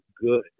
good